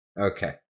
Okay